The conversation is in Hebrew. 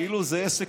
כאילו זה עסק,